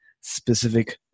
specific